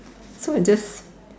so you just